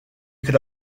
could